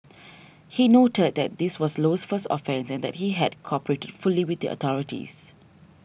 he noted that this was Low's first offence and that he had cooperated fully with the authorities